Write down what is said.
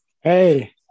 hey